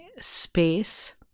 space